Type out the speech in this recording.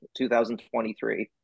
2023